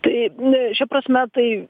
tai n šia prasme tai